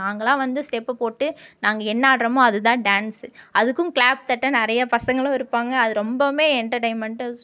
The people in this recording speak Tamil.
நாங்களாக வந்து ஸ்டெப் போட்டு நாங்கள் என்ன ஆடுறமோ அதுதான் டான்ஸ் அதுக்கும் க்லாப் தட்ட நிறைய பசங்களும் இருப்பாங்க அது ரொம்பவுமே என்டர்டைமண்ட்டாக